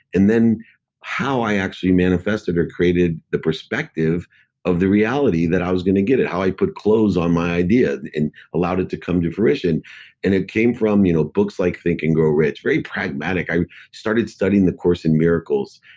and then how i actually manifested or created the perspective of the reality that i was going to get it. how i put clothes on my idea and allowed it to come to fruition and it came from you know books like think and grow rich. very pragmatic. i started studying the course in miracles.